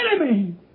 enemy